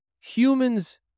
humans